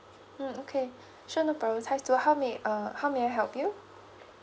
mm okay sure no problem how may uh how may I help you